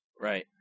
right